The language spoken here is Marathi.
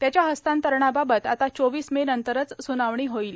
त्याच्या हस्तांतरणाबाबत आता चोवीस मेनंतरच सुनावणी होईल